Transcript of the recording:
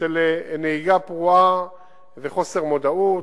של נהיגה פרועה וחוסר מודעות.